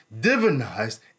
divinized